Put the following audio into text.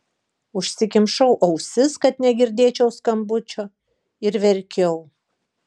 užsikimšau ausis kad negirdėčiau skambučio ir verkiau